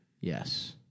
Yes